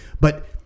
but-